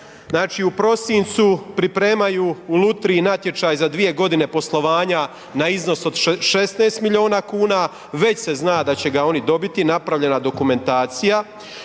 Znači u prosincu pripremaju u lutriji natječaj za dvije godine poslovanje na iznos od 16 milijuna kuna, već se zna da će ga oni dobiti, napravljena dokumentacija.